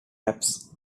taps